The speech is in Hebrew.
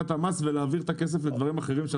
המס ולהעביר את הכסף לדברים אחרים.